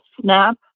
snap